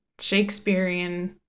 Shakespearean